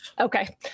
Okay